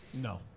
No